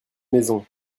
maison